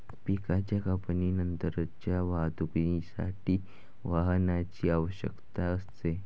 पिकाच्या कापणीनंतरच्या वाहतुकीसाठी वाहनाची आवश्यकता असते